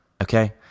okay